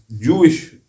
Jewish